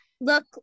look